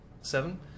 Seven